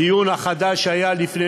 הדיון החדש, שהיה לפני